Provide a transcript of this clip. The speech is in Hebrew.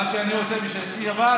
מה אני עושה בשבת?